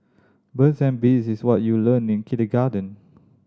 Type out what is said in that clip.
birds and bees is what you learnt in kindergarten